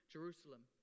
Jerusalem